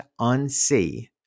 unsee